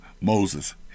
Moses